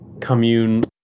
commune